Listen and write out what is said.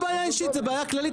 זה לא בעיה אישית זה בעיה כללית,